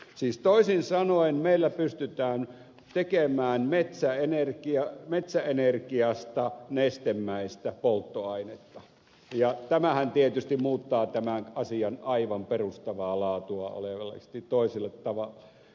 siis toisin sanoen meillä pystytään tekemään metsäenergiasta nestemäistä polttoainetta ja tämähän tietysti muuttaa tämän asian aivan perustavaa laatua olevasti toisella tavalla